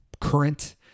current